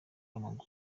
w’amaguru